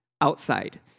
outside